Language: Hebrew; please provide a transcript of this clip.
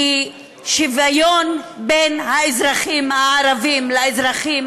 כי שוויון בין האזרחים הערבים לאזרחים